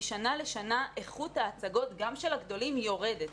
שמשנה לשנה איכות ההצגות, גם של הגדולים, יורדת.